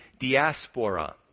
diaspora